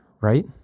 right